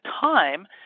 time